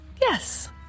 Yes